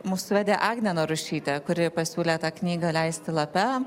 mus suvedė agnė narušytė kuri pasiūlė tą knygą leisti lape